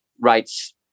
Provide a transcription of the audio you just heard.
writes